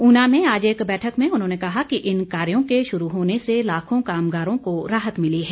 ऊना में आज एक बैठक में उन्होंने कहा कि इन कार्यो के शुरू होने से लाखों कामगारों को राहत मिली है